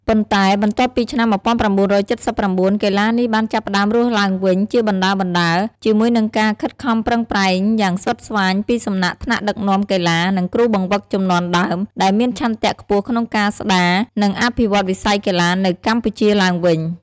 ប៉ុន្តែបន្ទាប់ពីឆ្នាំ១៩៧៩ កីឡានេះបានចាប់ផ្តើមរស់ឡើងវិញជាបណ្តើរៗ ជាមួយនឹងការខិតខំប្រឹងប្រែងយ៉ាងស្វិតស្វាញពីសំណាក់ថ្នាក់ដឹកនាំកីឡា និងគ្រូបង្វឹកជំនាន់ដើម ដែលមានឆន្ទៈខ្ពស់ក្នុងការស្តារ និងអភិវឌ្ឍវិស័យកីឡានៅកម្ពុជាឡើងវិញ ។